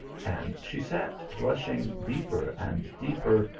and she sat blushing deeper and deeper,